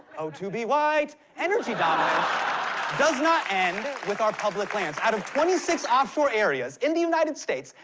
oh, to be white! energy dominance does not end with our public lands. out of twenty six offshore areas in the united states,